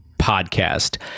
podcast